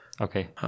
okay